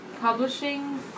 publishing